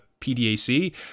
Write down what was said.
PDAC